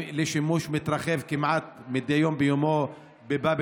לשימוש מתרחב כמעט מדי יום ביומו בבאב